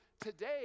Today